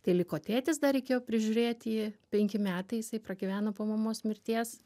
tai liko tėtis dar reikėjo prižiūrėt jį penki metai jisai pragyveno po mamos mirties